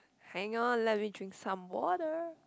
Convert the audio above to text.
hang on let me drink some water